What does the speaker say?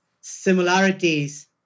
similarities